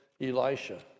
Elisha